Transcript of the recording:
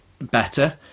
better